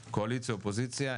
קואליציה/אופוזיציה,